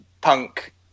Punk